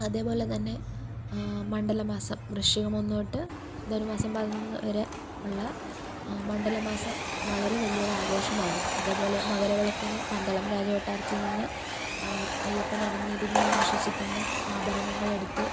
അതേപോലെ തന്നെ മണ്ഡലമാസം വൃശ്ചികം ഒന്നു തൊട്ട് ധനുമാസം പതിനൊന്ന് വരെ ഉള്ള മണ്ഡല മാസം വളരെ വലിയൊരു ആഘോഷമാണ് അതേപോലെ മകരവിളക്കിന് പന്തളം രാജകൊട്ടാരത്തിൽ നിന്ന് അയ്യപ്പൻ അണിഞ്ഞിരുന്നു എന്ന് വിശ്വസിക്കുന്ന ആഭരണങ്ങൾ എടുത്ത്